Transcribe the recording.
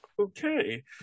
Okay